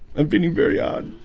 i've been in very odd.